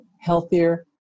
healthier